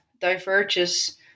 diverges